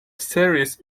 series